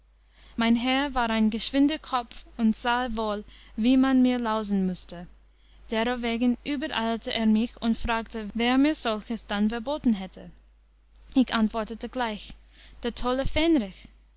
mein herr war ein geschwinder kopf und sahe wohl wie man mir lausen mußte derowegen übereilte er mich und fragte wer mir solches dann verbotten hätte ich antwortete gleich der tolle fähnrich